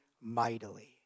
mightily